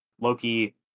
Loki